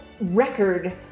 record